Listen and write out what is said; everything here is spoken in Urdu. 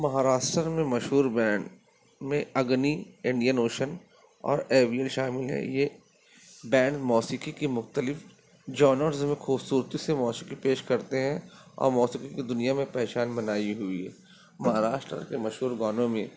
مہاراشٹر میں مشہور بینڈ میں اگنی انڈین اوشن اور شامل ہے یہ بینڈ موسیقی کے مختلف جونرز میں خوبصورت سے موسیقی پیش کرتے ہیں اورموسیقی کی دنیا میں پہچان بنائی ہوئی ہے مہاراشٹر کے مہشور گانوں میں